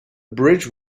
bridge